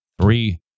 three